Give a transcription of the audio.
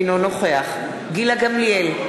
אינו נוכח גילה גמליאל,